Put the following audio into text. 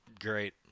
Great